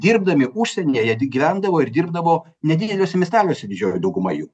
dirbdami užsienyje jie gyvendavo ir dirbdavo nedideliuose miesteliuose didžioji dauguma jų